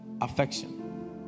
Affection